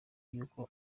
y’uko